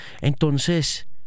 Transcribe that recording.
Entonces